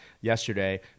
yesterday